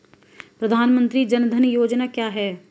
प्रधानमंत्री जन धन योजना क्या है?